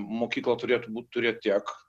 mokykla turėtų būt turėt tiek